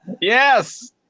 Yes